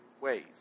Ways